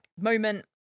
moment